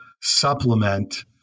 supplement